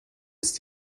ist